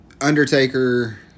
Undertaker